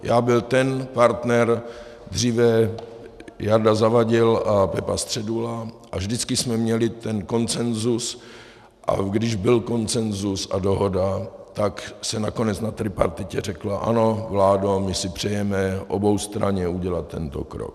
Já byl ten partner, dříve Jarda Zavadil a Pepa Středula, a vždycky jsme měli konsenzus, a když byl konsenzus a dohoda, tak se nakonec na tripartitě řeklo: ano, vládo, my si přejeme oboustranně udělat tento krok.